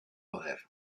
poder